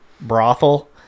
brothel